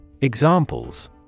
Examples